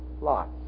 lots